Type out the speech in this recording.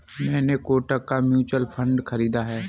मैंने कोटक का mutual fund खरीदा है